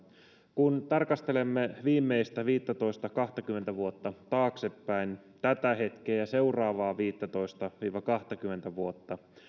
kun tarkastelemme viimeistä viittätoista viiva kahtakymmentä vuotta taaksepäin tätä hetkeä ja seuraavaa viittätoista viiva kahtakymmentä vuotta